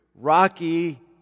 Rocky